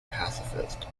pacifist